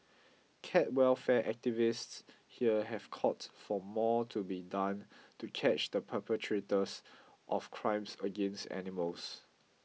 cat welfare activists here have called for more to be done to catch the perpetrators of crimes against animals